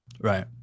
right